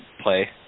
play